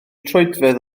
troedfedd